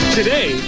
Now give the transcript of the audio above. Today